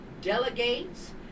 delegates